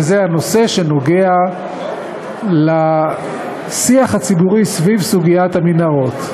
וזה הנושא שנוגע לשיח הציבורי סביב סוגיית המנהרות.